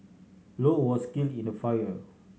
low was killed in the fire